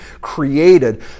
created